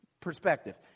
perspective